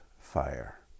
fire